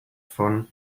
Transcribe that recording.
von